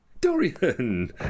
Dorian